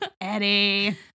Eddie